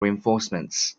reinforcements